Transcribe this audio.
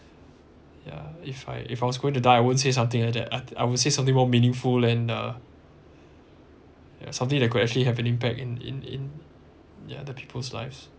ya if I if I was going to die I won't say something like that I I would say something more meaningful then uh something that could actually have an impact in in in yeah other people's lives